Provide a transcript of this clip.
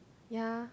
ya